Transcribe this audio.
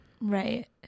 Right